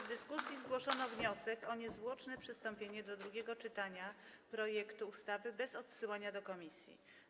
W dyskusji zgłoszono wniosek o niezwłoczne przystąpienie do drugiego czytania projektu ustawy bez odsyłania do komisji.